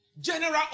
General